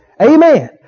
Amen